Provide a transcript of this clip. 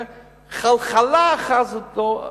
חלחלה אחזה בו,